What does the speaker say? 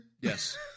Yes